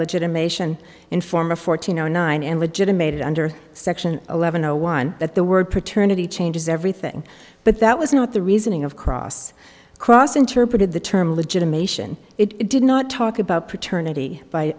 legitimation in form of fourteen zero nine and legitimated under section eleven zero one that the word paternity changes everything but that was not the reasoning of cross cross interpreted the term legitimation it did not talk about paternity by